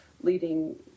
leading